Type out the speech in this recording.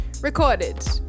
recorded